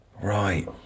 Right